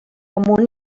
amunt